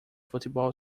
futebol